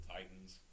Titans